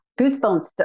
goosebumps